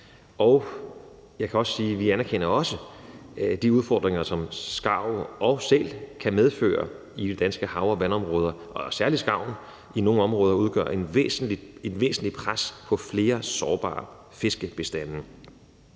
og jeg kan sige, at vi anerkender også de udfordringer, som skarv og sæl kan medføre i de danske hav- og vandområder, og særlig skarven udgør i nogle områder et væsentligt pres på flere sårbare fiskebestande.